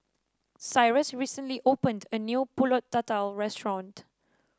Cyrus recently opened a new pulut tatal restaurant